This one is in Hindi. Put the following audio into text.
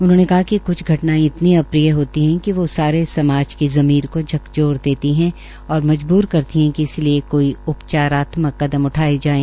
उन्होंने कहा कि क्छ घटनायें इतनी अप्रिय होती है कि वो सारे समाज की जमीर को झकझोर देती है और मजबूतर करती है इसके लिये कोई उपचारात्मक कदम उठाए जाये